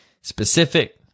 Specific